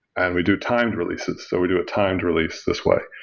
and we do timed releases, so we do a timed release this way.